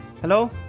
hello